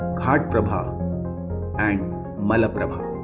ghatprabha and malaprabha